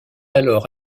alors